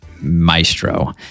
maestro